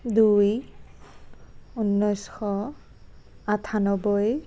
দুই ঊনৈছশ আঠান্নবৈ